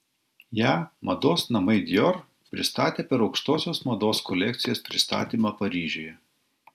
ją mados namai dior pristatė per aukštosios mados kolekcijos pristatymą paryžiuje